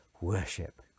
worship